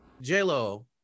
J.Lo